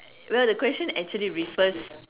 well the question actually refers